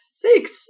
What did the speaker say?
Six